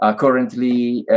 ah currently,